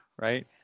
Right